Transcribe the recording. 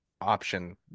option